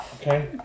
Okay